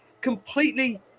completely